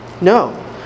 No